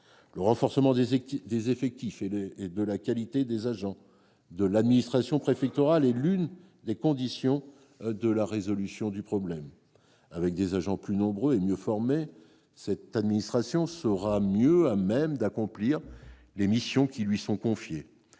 Le renforcement des effectifs et de la qualité des agents de l'administration préfectorale est l'une des conditions de la résolution du problème. Avec des agents plus nombreux et mieux formés, cette administration sera mieux à même d'accomplir les missions qui lui sont confiées,